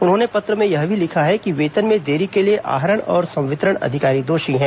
उन्होंने पत्र में यह भी लिखा है कि वेतन में देरी के लिए आहरण और संवितरण अधिकारी दोषी हैं